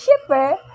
shipper